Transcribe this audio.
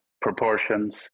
proportions